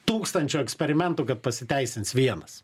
tūkstančio eksperimentų kad pasiteisins vienas